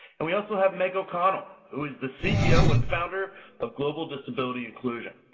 and we also have meg o'connell, who is the ceo and founder of global disability inclusion.